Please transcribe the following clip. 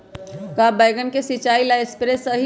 का बैगन के सिचाई ला सप्रे सही होई?